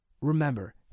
remember